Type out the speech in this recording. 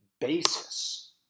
basis